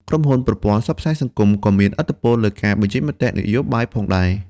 ក្រុមហ៊ុនប្រព័ន្ធផ្សព្វផ្សាយសង្គមក៏មានឥទ្ធិពលលើការបញ្ចេញមតិនយោបាយផងដែរ។